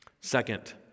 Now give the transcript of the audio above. Second